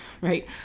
Right